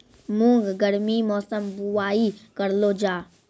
मूंग गर्मी मौसम बुवाई करलो जा?